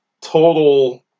total